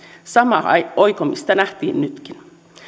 samaa oikomista nähtiin nytkin